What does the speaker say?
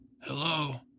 Hello